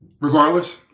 Regardless